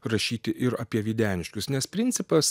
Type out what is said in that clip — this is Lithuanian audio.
rašyti ir apie videniškius nes principas